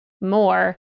more